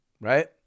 Right